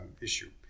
issue